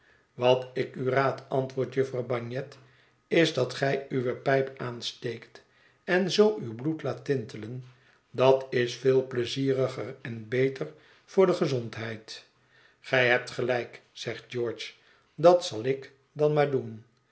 wat ik u raad antwoordt jufvrouw bagnet is dat gij uwe pijp aansteekt en zoo uw bloed laat tintelen dat is veel pleizieriger en beter voor de gezondheid gij hebt gelijk zegt george dat zal ik dan maar doen